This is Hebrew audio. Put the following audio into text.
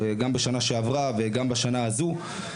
גם בשנה שעברה וגם בשנה הזו.